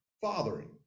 Fathering